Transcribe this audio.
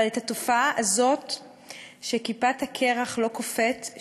אבל את התופעה הזאת שכיפת הקרח לא קופאת,